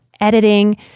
editing